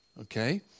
Okay